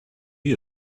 you